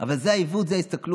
אבל זה העיוות, זו ההסתכלות.